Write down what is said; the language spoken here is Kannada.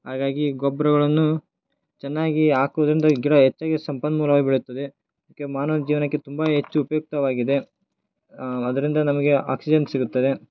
ಹಾಗಾಗಿ ಗೊಬ್ಬರಗಳನ್ನು ಚೆನ್ನಾಗಿ ಹಾಕುದ್ರಿಂದ ಗಿಡ ಹೆಚ್ಚಾಗಿ ಸಂಪನ್ಮೂಲವಾಗಿ ಬೆಳೆಯುತ್ತದೆ ಅದಕ್ಕೆ ಮಾನವ ಜೀವನಕ್ಕೆ ತುಂಬಾ ಹೆಚ್ಚು ಉಪಯುಕ್ತವಾಗಿದೆ ಅದರಿಂದ ನಮಗೆ ಆಕ್ಸಿಜನ್ ಸಿಗುತ್ತದೆ